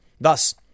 Thus